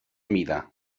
mida